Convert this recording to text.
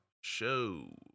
show